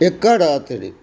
एकर अतिरिक्त